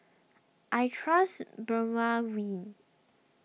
I trust Dermaveen